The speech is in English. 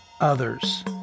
others